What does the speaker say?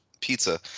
pizza